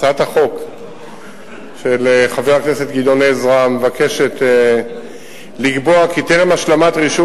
הצעת החוק של חבר הכנסת גדעון עזרא מבקשת לקבוע כי טרם השלמת רישום